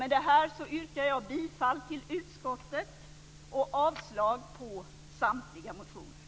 Med det här yrkar jag bifall till hemställan i betänkandet och avslag på samtliga reservationer.